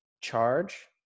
charge